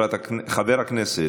מס' 80,